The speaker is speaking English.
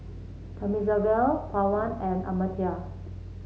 Thamizhavel Pawan and Amartya